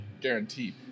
Guaranteed